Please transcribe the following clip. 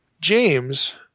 James